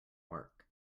work